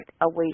away